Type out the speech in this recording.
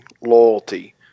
loyalty